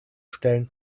stellen